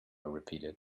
repeated